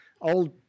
old